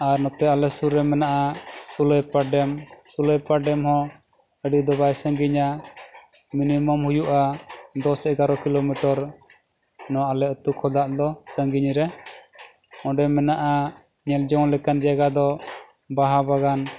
ᱟᱨ ᱱᱚᱛᱮ ᱟᱞᱮ ᱥᱩᱨ ᱨᱮ ᱢᱮᱱᱟᱜᱼᱟ ᱥᱩᱞᱟᱹᱭᱯᱟ ᱰᱮᱢ ᱥᱩᱞᱟᱹᱭᱯᱟ ᱰᱮᱢ ᱦᱚᱸ ᱟᱹᱰᱤ ᱫᱚ ᱵᱟᱭ ᱥᱟᱺᱜᱤᱧᱟ ᱢᱤᱱᱤᱢᱟᱢ ᱦᱩᱭᱩᱜᱼᱟ ᱫᱚᱥ ᱮᱜᱟᱨᱚ ᱠᱤᱞᱳᱢᱤᱴᱟᱨ ᱱᱚᱣᱟ ᱟᱞᱮ ᱟᱛᱳ ᱠᱷᱚᱱᱟᱜ ᱫᱚ ᱥᱟᱺᱜᱤᱧ ᱨᱮ ᱚᱸᱰᱮ ᱢᱮᱱᱟᱜᱼᱟ ᱧᱮᱞ ᱡᱚᱝ ᱞᱮᱠᱟᱱ ᱡᱟᱭᱜᱟ ᱫᱚ ᱵᱟᱦᱟ ᱵᱟᱜᱟᱱ